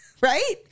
right